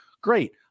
great